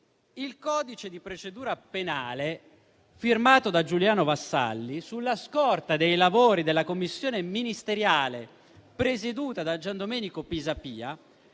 il codice di procedura penale, firmato da Giuliano Vassalli, sulla scorta dei lavori della Commissione ministeriale presieduta da Gian Domenico Pisapia,